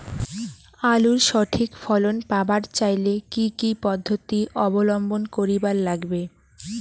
আলুর সঠিক ফলন পাবার চাইলে কি কি পদ্ধতি অবলম্বন করিবার লাগবে?